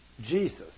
Jesus